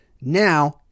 Now